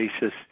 basis